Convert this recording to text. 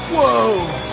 Whoa